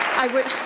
i wish